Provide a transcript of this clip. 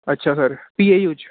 ਅੱਛਾ ਸਰ ਪੀਏ